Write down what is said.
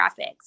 graphics